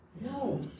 No